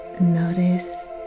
notice